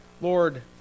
Lord